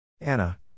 Anna